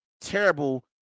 terrible